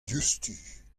diouzhtu